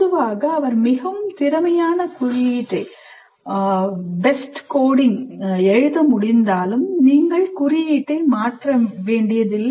பொதுவாக அவர் மிகவும் திறமையான குறியீட்டை எழுத முடிந்தாலும் நீங்கள் குறியீட்டை மாற்ற வேண்டியதில்லை